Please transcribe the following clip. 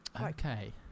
Okay